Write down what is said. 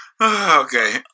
Okay